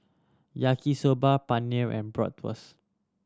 Yaki Soba Paneer and Bratwurst